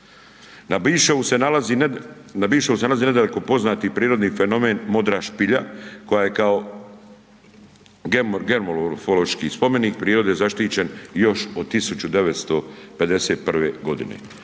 Na Biševu se nalazi nedaleko poznati prirodni fenomen Modra špilja koja je kao germofološki spomenik prirode zaštićen još od 1951. godine.